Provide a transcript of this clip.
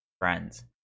friends